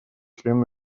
член